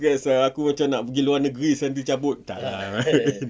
stress sia aku macam nak pergi luar negeri sia cabut tak lah main-main